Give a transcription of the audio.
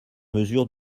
mesure